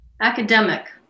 Academic